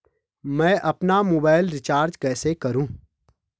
मैं अपना mobile recharge कैसे करूँ?